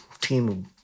team